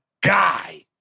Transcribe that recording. guy